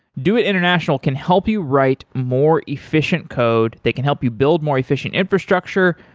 doit international can help you write more efficient code. they can help you build more efficient infrastructure.